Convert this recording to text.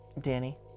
Danny